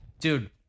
Dude